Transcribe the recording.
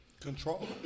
Control